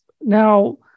now